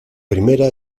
primera